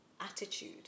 attitude